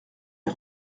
est